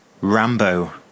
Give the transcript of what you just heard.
Rambo